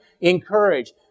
encourage